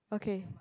okay